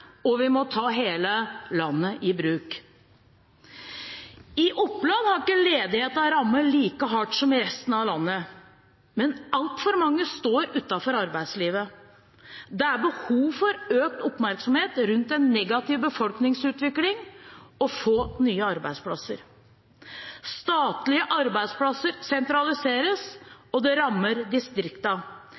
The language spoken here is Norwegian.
Og vi må ta hele landet i bruk. I Oppland har ikke ledigheten rammet like hardt som i resten av landet, men altfor mange står utenfor arbeidslivet. Det er behov for økt oppmerksomhet rundt en negativ befolkningsutvikling og få nye arbeidsplasser. Statlige arbeidsplasser sentraliseres, og det rammer